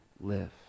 live